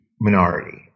minority